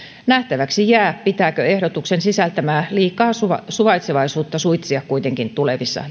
nähtäväksi jää pitääkö ehdotuksen sisältämää liikaa suvaitsevaisuutta suitsia kuitenkin tulevissa